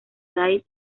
side